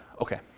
Okay